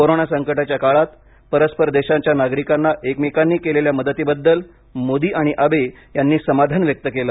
corona संकटाच्या काळात परस्पर देशांच्या नागरिकांना एकमेकांनी केलेल्या मदतीबद्दल मोदी आणि आबे यांनी समाधान व्यक्त केलं